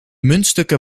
muntstukken